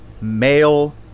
male